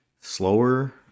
slower